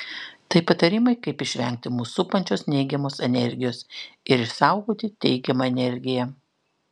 tai patarimai kaip išvengti mus supančios neigiamos energijos ir išsaugoti teigiamą energiją